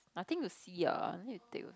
I think the sea ah need to take